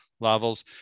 levels